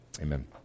Amen